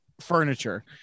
furniture